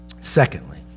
Secondly